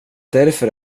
därför